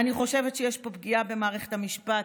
אני חושבת שיש פה פגיעה במערכת המשפט,